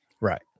Right